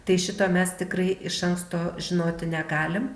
tai šito mes tikrai iš anksto žinoti negalim